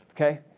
Okay